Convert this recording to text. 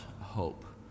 hope